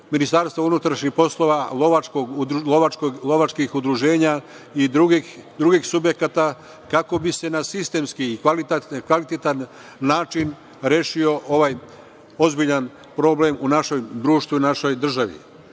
Ministarstva unutrašnjih poslova, lovačkih udruženja i drugih subjekata, kako bi se na sistemski i kvalitetan način rešio ovaj ozbiljan problem u našem društvu i našoj